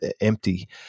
empty